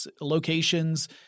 locations